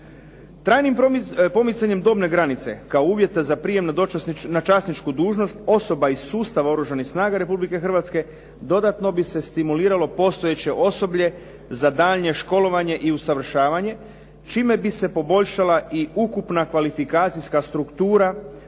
Trajnim pomicanjem dobne granice kao uvjeta za prijem na časničku dužnost osoba iz sustava Oružanih snaga Republike Hrvatske dodatno bi se stimulirala postojeće osoblje za daljnje školovanje i usavršavanje čime bi se poboljšala i ukupna kvalifikacijska struktura